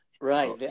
Right